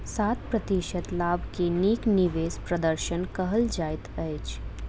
सात प्रतिशत लाभ के नीक निवेश प्रदर्शन कहल जाइत अछि